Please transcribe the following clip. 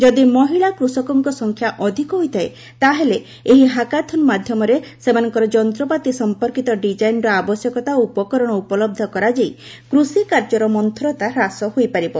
ଯଦି ମହିଳା କୃଷକଙ୍କ ସଂଖ୍ୟା ଅଧିକ ହୋଇଥାଏ ତା'ହେଲେ ଏହି ହାକାଥନ ମାଧ୍ୟମରେ ସେମାନଙ୍କ ଯନ୍ତ୍ରପାତି ସଂପର୍କିତ ଡିଜାଇନ୍ର ଆବଶ୍ୟକତା ଓ ଉପକରଣ ଉପଲବ୍ଧ କରାଯାଇ କୃଷିକାର୍ଯ୍ୟରେ ମନ୍ତୁରତା ହ୍ରାସ ହୋଇପାରିବ